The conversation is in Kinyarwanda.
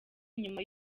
inyuma